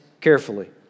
carefully